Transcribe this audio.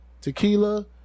tequila